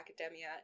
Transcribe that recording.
academia